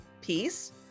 peace